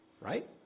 right